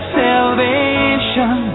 salvation